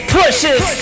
pushes